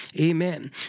Amen